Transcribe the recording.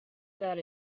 that